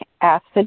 acid